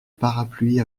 parapluie